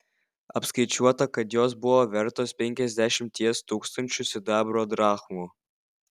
apskaičiuota kad jos buvo vertos penkiasdešimties tūkstančių sidabro drachmų